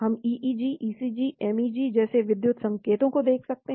हम EEG ECG MEG जैसे विद्युत संकेतों को देख सकते हैं